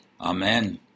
Amen